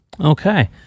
Okay